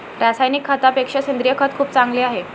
रासायनिक खतापेक्षा सेंद्रिय खत खूप चांगले आहे